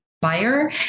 Buyer